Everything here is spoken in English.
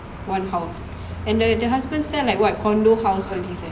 one house and then the husband sell like [what] condo house all this eh